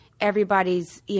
everybody's